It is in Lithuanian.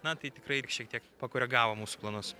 na tai tikrai šiek tiek pakoregavo mūsų planus